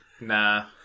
nah